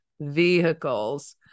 vehicles